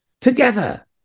together